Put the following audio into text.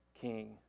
king